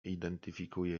identyfikuje